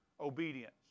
obedience